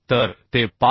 तर ते 5